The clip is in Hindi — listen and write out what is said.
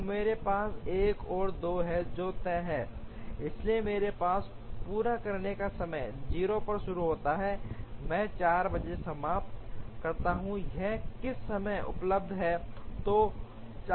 तो मेरे पास 1 और 2 हैं जो तय हैं इसलिए मेरे पास पूरा करने का समय 0 पर शुरू होता है मैं 4 बजे समाप्त करता हूं यह किस समय उपलब्ध है